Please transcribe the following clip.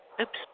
Oops